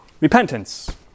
repentance